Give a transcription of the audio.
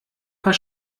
paar